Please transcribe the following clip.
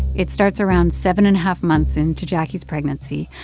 it starts around seven and half months into jacquie's pregnancy.